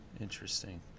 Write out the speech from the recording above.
Interesting